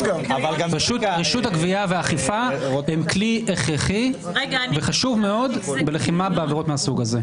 רשות הגבייה והאכיפה הם כלי הכרחי וחשוב מאוד בלחימה בעבירות מהסוג הזה.